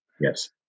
yes